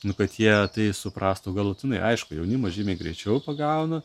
nu kad jie tai suprastų galutinai aišku jaunimas žymiai greičiau pagauna